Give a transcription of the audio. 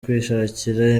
kwishakira